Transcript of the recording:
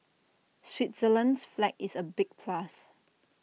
Switzerland's flag is A big plus